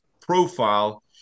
profile